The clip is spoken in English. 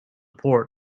port